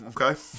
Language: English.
okay